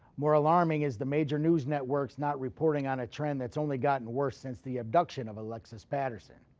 more alarming is the major news networks not reporting on a trend that's only gotten worse since the abduction of alexis patterson.